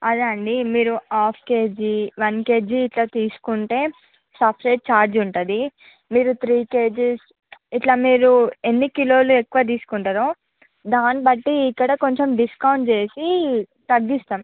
అదే అండి మీరు హాఫ్ కేజీ వన్ కేజీ ఇట్లా తీసుకుంటే సెపరేట్ చార్జ్ ఉంటుంది మీరు త్రీ కేజీస్ ఇట్లా ఇలా మీరు ఎన్ని కిలోలు ఎక్కువ తీసుకుంటారో దాన్ని బట్టి ఇక్కడ కొంచెం డిస్కౌంట్ చేసి తగ్గిస్తాము